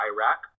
Iraq